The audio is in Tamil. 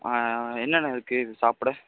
ஆ என்னென்ன இருக்குது சாப்பிட